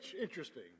Interesting